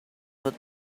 but